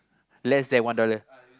less than one dollar